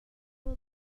will